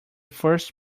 first